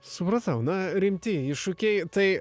supratau na rimti iššūkiai tai